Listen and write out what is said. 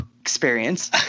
experience